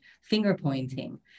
finger-pointing